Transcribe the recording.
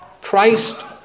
Christ